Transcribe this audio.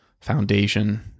foundation